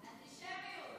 אנטישמיות.